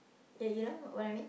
ya you know what I mean